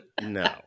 No